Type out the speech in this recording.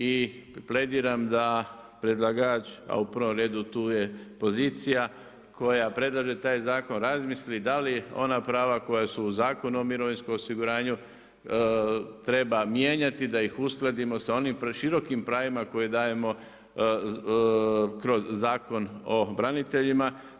I plediram da predlagač, a u prvom redu tu je pozicija koja predlaže taj zakon razmisli da li ona prava koja su u Zakonu o mirovinskom osiguranju treba mijenjati da ih uskladimo sa onim širokim pravima koje dajemo kroz Zakon o braniteljima.